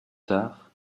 tard